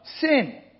sin